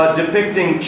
depicting